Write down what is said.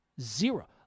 Zero